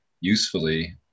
usefully